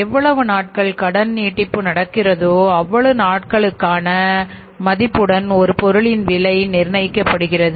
எவ்வளவு நாட்கள் கடன் நீட்டிப்பு நடக்கிறதோ அவ்வளவு நாட்களுக்கான மதிப்புடன் ஒரு பொருளின் விலை நிர்ணயிக்கப்படுகிறது